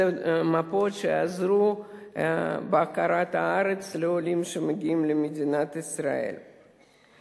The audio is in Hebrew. אלו מפות שיעזרו לעולים שמגיעים למדינת ישראל בהכרת הארץ.